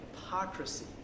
hypocrisy